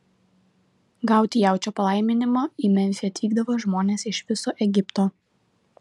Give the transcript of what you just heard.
gauti jaučio palaiminimo į memfį atvykdavo žmonės iš viso egipto